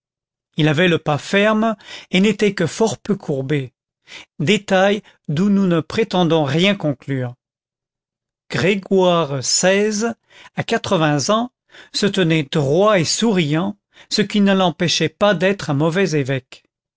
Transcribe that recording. il avait le pas ferme et n'était que fort peu courbé détail d'où nous ne prétendons rien conclure grégoire xvi à quatre-vingts ans se tenait droit et souriant ce qui ne l'empêchait pas d'être un mauvais évêque